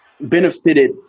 benefited